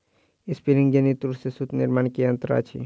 spinning jenny तूर से सूत निर्माण के यंत्र अछि